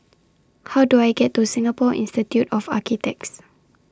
How Do I get to Singapore Institute of Architects